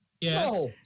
Yes